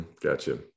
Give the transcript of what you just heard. gotcha